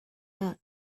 that